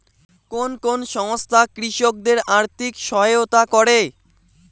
কোন কোন সংস্থা কৃষকদের আর্থিক সহায়তা করে?